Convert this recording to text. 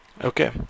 Okay